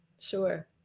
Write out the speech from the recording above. sure